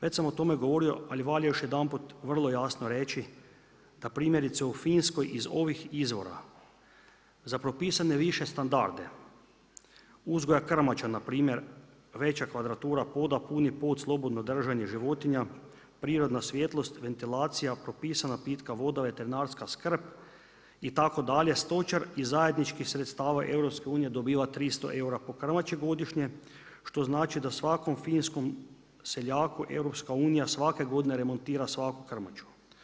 Već sam o tome govorio, ali valja još jedanput vrlo jasno reći da primjerice u Finskoj iz ovih izvora za propisane više standarde uzgoja krmača npr. veća kvadratura poda, puni pod, slobodno držanje životinja, prirodna svjetlost, ventilacija, propisana pitka voda, veterinarska skrb itd., stočari iz zajedničkih sredstava EU-a dobiva 300 eura po krmači godišnje što znači da finskom seljaku EU svake godine remontira svaku krmaču.